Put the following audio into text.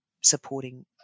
supporting